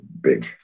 big